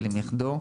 משאש.